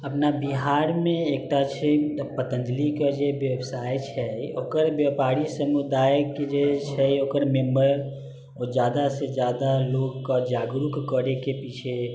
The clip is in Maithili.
अपना बिहारमे एकटा छै पतञ्जलिके जे बेबसाइ छै ओकर बेपारी समुदाइके जे छै मेम्बर ओ ज्यादासँ ज्यादा लोकके जागरूक करैके पीछे